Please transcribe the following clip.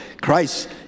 Christ